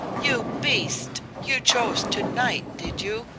you beast! you chose to-night, did you?